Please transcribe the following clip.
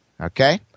okay